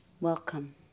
Welcome